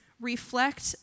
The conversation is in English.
reflect